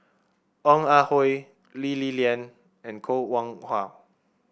Ong Ah Hoi Lee Li Lian and Koh Nguang How